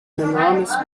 enormous